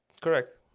correct